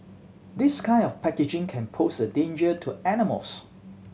this kind of packaging can pose a danger to animals